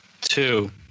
two